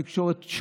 גם היום בתקשורת,